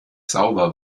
sauber